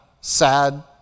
sad